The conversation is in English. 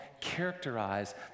characterize